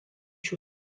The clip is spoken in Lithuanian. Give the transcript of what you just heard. šių